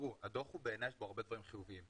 הדו"ח בעיני יש בו הרבה דברים חיוביים.